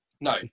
No